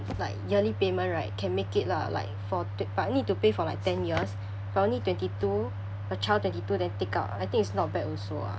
like yearly payment right can make it lah like for t~ but need to pay for like ten years but only twenty two a child twenty two then take out I think it's not bad also ah